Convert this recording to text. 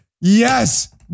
Yes